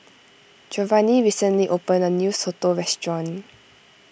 Giovanny recently opened a new Soto restaurant